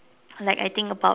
like I think about